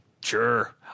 Sure